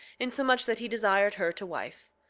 insomuch that he desired her to wife.